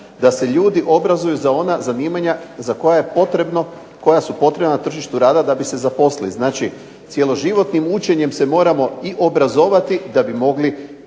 da su ljudi obrazuju za ona zanimanja za koja je potrebno, koja su potrebna na tržištu rada da bi se zaposlili. Dakle, cjeloživotnim učenjem se moramo obrazovati da bi mogli